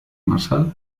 marshall